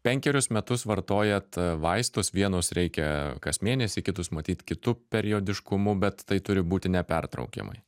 penkerius metus vartojat vaistus vienus reikia kas mėnesį kitus matyt kitu periodiškumu bet tai turi būti nepertraukiamai